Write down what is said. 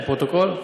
לפרוטוקול.